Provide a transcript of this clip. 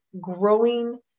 growing